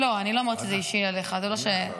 לא, אני לא אומרת שזה אישי אליך, אבל ברור.